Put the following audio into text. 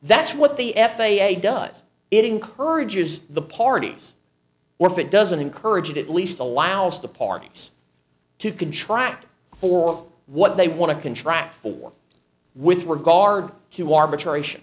that's what the f a a does it encourages the parties were for it doesn't encourage it at least allows the parties to contract for what they want to contract for with regard to arbitration